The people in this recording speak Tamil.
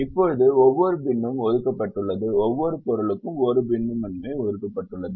இப்போது ஒவ்வொரு பின்னும் ஒதுக்கப்பட்டுள்ளது ஒவ்வொரு பொருளும் 1 பின்னுக்கு மட்டுமே ஒதுக்கப்பட்டுள்ளது